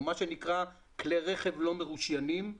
או מה שנקרא כלי רכב לא מרושיינים.